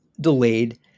Delayed